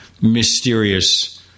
mysterious